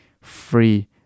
free